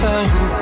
Time